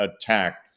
attacked